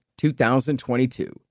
2022